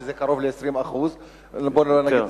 שזה קרוב ל-20% יותר.